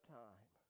time